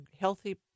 healthy